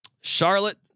Charlotte